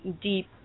deep